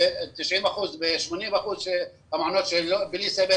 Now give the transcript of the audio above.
ל-80 אחוזים מהמעונות שהם לא עם סמל,